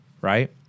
right